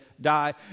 die